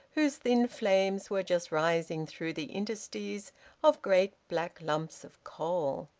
whose thin flames were just rising through the interstices of great black lumps of coal.